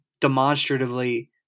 demonstratively